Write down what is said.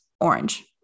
orange